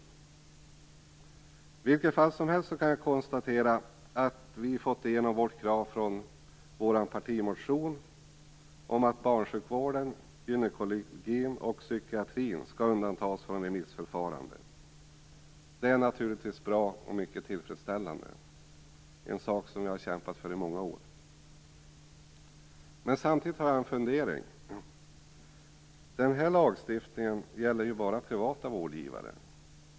I vilket fall som helst kan jag konstatera att vi fått igenom kravet i vår partimotion att barnsjukvården, gynekologin och psykiatrin skall undantas från remissförfarande. Detta är naturligtvis bra och mycket tillfredsställande, en sak som jag har kämpat för i många år. Men jag har också en fundering. Denna lagstiftning gäller bara privata vårdgivare.